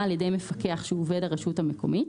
על ידי מפקח שהוא עובד הרשות המקומית,